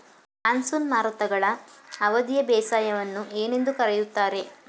Monsoon ಮಾರುತಗಳ ಅವಧಿಯ ಬೇಸಾಯವನ್ನು ಏನೆಂದು ಕರೆಯುತ್ತಾರೆ?